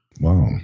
Wow